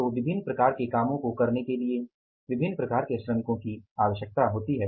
तो विभिन्न प्रकार के कामों को करने के लिए विभिन्न प्रकार के श्रमिकों की आवश्यकता होती है